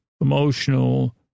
emotional